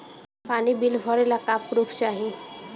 पानी बिल भरे ला का पुर्फ चाई?